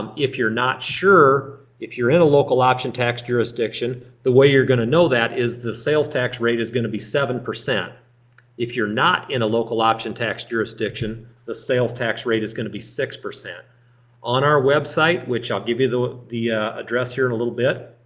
um if you're not sure if you're in a local option tax jurisdiction, the way you're gonna know that is the sales tax rate is gonna be seven. if you're not in a local option tax jurisdiction, the sales tax rate is gonna be six. on our website, which i'll give you the the address here in a little bit,